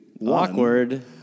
Awkward